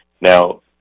now